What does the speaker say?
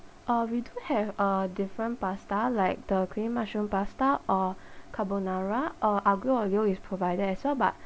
uh we do have a different pasta like the creamy mushroom pasta or carbonara or aglio olio is provided as well but